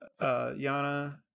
Yana